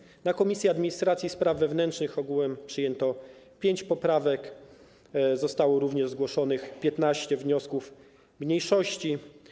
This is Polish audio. Na posiedzeniu Komisji Administracji i Spraw Wewnętrznych ogółem przyjęto pięć poprawek, zostało również zgłoszonych 15 wniosków mniejszości.